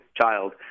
child